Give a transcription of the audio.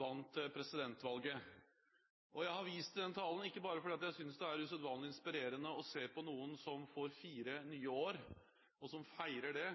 vant presidentvalget. Jeg har vist til den talen ikke bare fordi jeg synes det er usedvanlig inspirerende å se på noen som får fire nye år, og som feirer det